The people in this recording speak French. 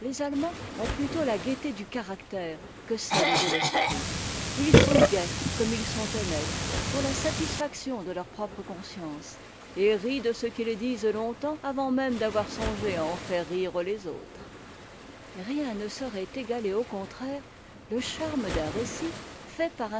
ont plutôt la gaieté du caractère que celle de l'esprit ils sont gais comme ils sont honnêtes pour la satisfaction de leur propre conscience et rient de ce qu'ils disent longtemps avant même d'avoir songé à en faire rire les autres rien ne saurait égater au contraire le charme d'un récit fait par